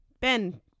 Ben